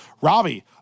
Robbie